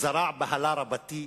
זרע בהלה רבתי,